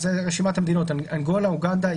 אוגנדה,